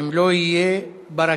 אם לא יהיה, ברכה,